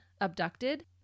abducted